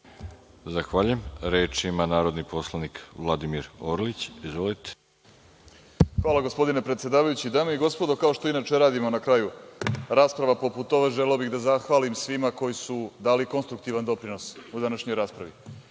Zahvaljujem. Reč ima narodni poslanik Vladimir Orlić. Izvolite. **Vladimir Orlić** Hvala, gospodine predsedavajući. Dame i gospodo, kao što inače radimo na kraju, rasprava poput ove, želeo bih da zahvalim svima koji su dali konstruktivan doprinos u današnjoj raspravi,